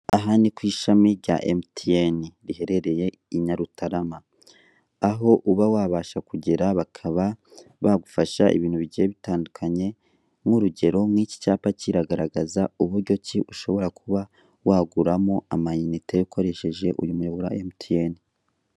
Aha ni ku ishami rya MTN, riherereye i Nyarutarama. Aho uba wabasha kugera bakaba bagufasha ibintu bigiye bitandukanye, nk'urugero nk'iki cyapa kiragaragaza uburyo ki ushobora kuba waguramo amayinite ukoresheje uyu muyoboro wa MTN.